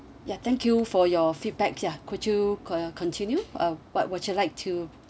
ya thank you for your feedback ya could you uh continue uh what would you like to